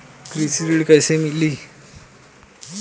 कृषि ऋण कैसे मिली?